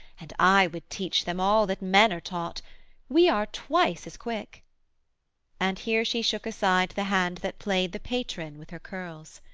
and i would teach them all that men are taught we are twice as quick and here she shook aside the hand that played the patron with her curls.